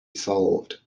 solved